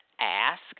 ask